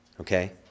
Okay